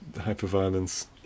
hyper-violence